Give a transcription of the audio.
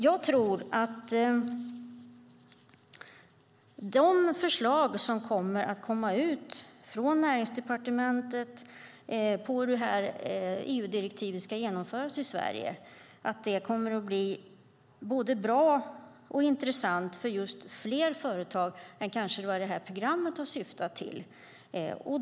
Jag tror att de förslag som kommer att komma ut från Näringsdepartementet på hur EU-direktivet ska genomföras i Sverige kommer att bli både bra och intressanta för fler företag än vad programmet har syftat till.